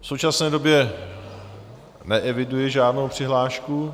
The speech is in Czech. V současné době neeviduji žádnou přihlášku.